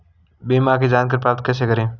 बीमा की जानकारी प्राप्त कैसे करें?